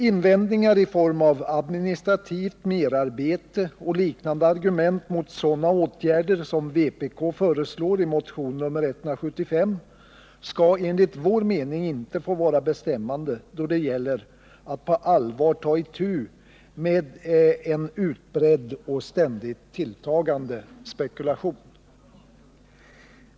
Invändningar beträffande administrativt merarbete och liknande argument mot sådana åtgärder som vpk föreslår i motion nr 175 skall enligt vår mening inte få vara bestämmande då det gäller att på allvar ta itu med en utbredd och ständigt tilltagande spekulation.